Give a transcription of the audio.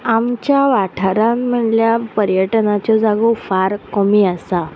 आमच्या वाठारांत म्हणल्या पर्यटनाच्यो जागो फार कमी आसा